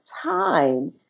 time